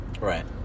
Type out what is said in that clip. Right